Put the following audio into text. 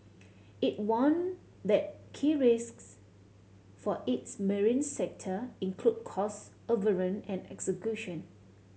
it warned that key risks for its marine sector include cost overrun and execution